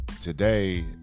today